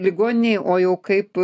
ligoninėje o jau kaip